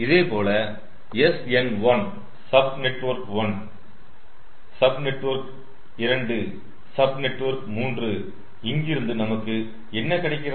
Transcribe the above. இதைப்போல SN1 sub network 1 sub network 2 sub network 3 இங்கிருந்து நமக்கு என்ன கிடைக்கிறது